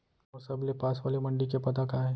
मोर सबले पास वाले मण्डी के पता का हे?